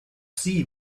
sie